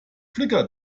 flickr